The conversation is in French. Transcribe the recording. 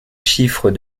chiffre